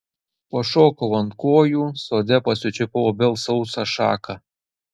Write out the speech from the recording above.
pašokau ant kojų sode pasičiupau obels sausą šaką